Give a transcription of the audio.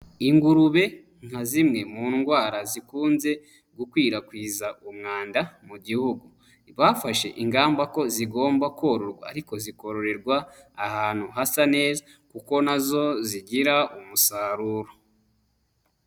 Ingurube nka zimwe mu ndwara zikunze gukwirakwiza umwanda mu gihugu. Bafashe ingamba ko zigomba kororwa ariko zikororerwa ahantu hasa neza kuko nazo zigira umusaruro.